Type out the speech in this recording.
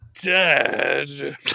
dead